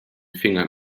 fingern